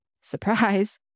Surprise